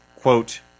quote